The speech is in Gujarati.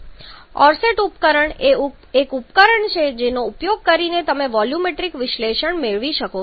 ઓરસેટ ઉપકરણ એ એક ઉપકરણ છે જેનો ઉપયોગ કરીને તમે આ વોલ્યુમેટ્રિક વિશ્લેષણ મેળવી શકો છો